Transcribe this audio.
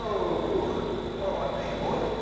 so alright pig boy,